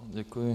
Děkuji.